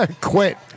Quit